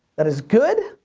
that is good.